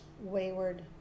wayward